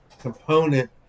component